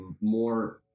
more